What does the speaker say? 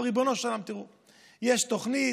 ריבונו של עולם, תראו, יש תוכנית?